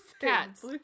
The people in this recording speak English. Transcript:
cats